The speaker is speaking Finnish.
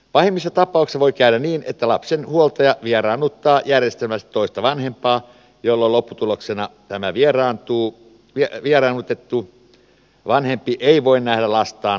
pahimmissa tapauksissa voi käydä niin että lapsen huoltaja vieraannuttaa järjestelmällisesti toista vanhempaa jolloin lopputuloksena tämä vieraannutettu vanhempi ei voi nähdä lastaan moniin vuosiin